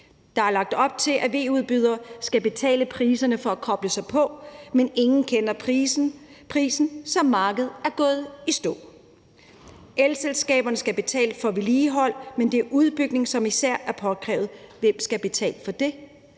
Der er lagt op til, at VE-udbydere skal betale prisen for at koble sig på, men ingen kender prisen, så markedet er gået i stå. Elselskaberne skal betale for vedligehold, men det er udbygning, som især er påkrævet – hvem skal betale for det?